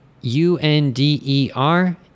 u-n-d-e-r